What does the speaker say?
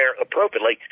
appropriately